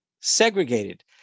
Segregated